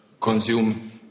Consume